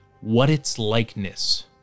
what-its-likeness